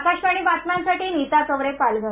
आकाशवाणी बातम्यांसाठी नीता चौरे पालघर